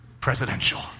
presidential